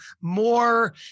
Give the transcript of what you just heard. more